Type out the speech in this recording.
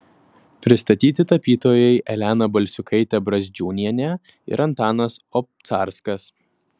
pristatyti tapytojai elena balsiukaitė brazdžiūnienė ir antanas obcarskas